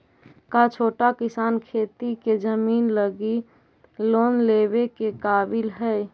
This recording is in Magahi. का छोटा किसान खेती के जमीन लगी लोन लेवे के काबिल हई?